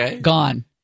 gone